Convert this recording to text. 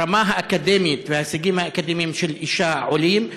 האקדמית וההישגים האקדמיים של האישה עולים,